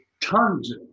tons